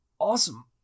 awesome